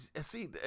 See